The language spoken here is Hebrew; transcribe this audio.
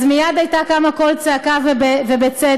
אז מייד היה קם קול צעקה, ובצדק.